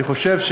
אני חושב,